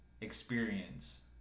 experience